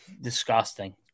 Disgusting